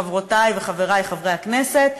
חברותי וחברי חברי הכנסת,